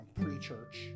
pre-church